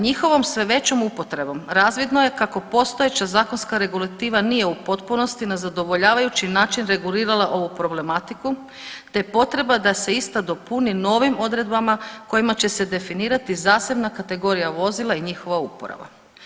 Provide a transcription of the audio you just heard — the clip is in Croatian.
Njihovom sve većom upotrebom razvidno je kako postojeća zakonska regulativa nije u potpunosti na zadovoljavajući način regulirala ovu problematiku, te potreba da se ista dopuni novim odredbama kojima će se definirati zasebna kategorija vozila i njihova uporaba.